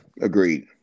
agreed